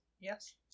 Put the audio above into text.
yes